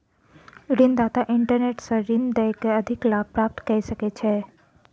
ऋण दाता इंटरनेट सॅ ऋण दय के अधिक लाभ प्राप्त कय सकै छै